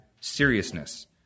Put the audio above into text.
seriousness